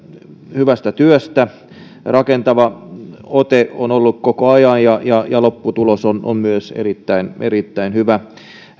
hyvästä työstä rakentava ote on ollut koko ajan ja ja lopputulos on on myös erittäin erittäin hyvä